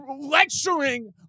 lecturing